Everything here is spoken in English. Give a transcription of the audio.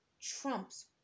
trumps